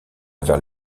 vers